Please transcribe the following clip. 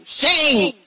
shame